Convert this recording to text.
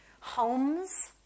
homes